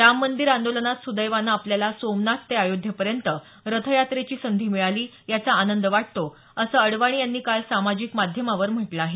राम मंदीर आंदोलनात सुदैवानं आपल्याला सोमनाथ ते अयोध्येपर्यंत रथयात्रेची संधी मिळाली याचा आनंद वाटतो असं अडवाणी यांनी काल सामाजिक माध्यमावर म्हटल आहे